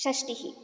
षष्टिः